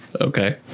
Okay